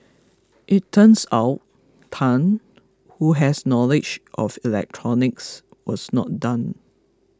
it turns out Tan who has knowledge of electronics was not done